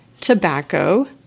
tobacco